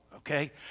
Okay